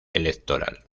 electoral